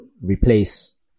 replace